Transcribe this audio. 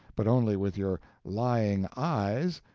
but only with your lying eyes,